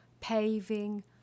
paving